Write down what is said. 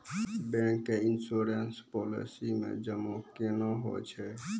Bank के insurance policy मे जमा केना होय छै?